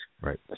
Right